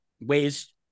ways